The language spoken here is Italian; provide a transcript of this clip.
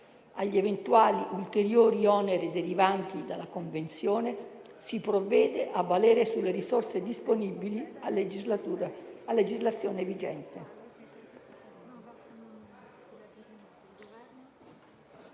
"Agli eventuali ulteriori oneri derivanti dalla convenzione si provvede a valere sulle risorse disponibili a legislazione vigente.".